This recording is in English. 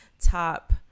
top